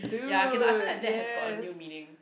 ya okay no I feel like that has got a new meaning